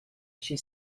she